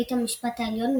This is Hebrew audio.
בית המשפט העליון,